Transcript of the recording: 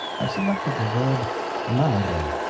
i selected the verb amare,